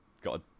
got